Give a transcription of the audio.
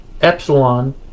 Epsilon